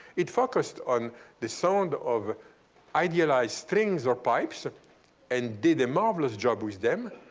it focused on the sound of idealized strings or pipes and did a marvelous job with them.